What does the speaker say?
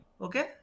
Okay